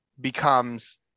becomes